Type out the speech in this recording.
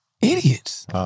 idiots